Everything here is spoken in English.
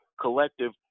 collective